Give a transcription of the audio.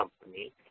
company